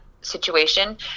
situation